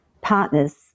partner's